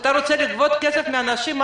כשאתה רוצה לגבות כסף מאנשים,